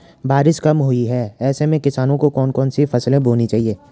बारिश कम हुई है ऐसे में किसानों को कौन कौन सी फसलें बोनी चाहिए?